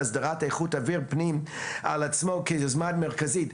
הסדרת איכות אוויר הפנים על עצמו כיוזמה מרכזית,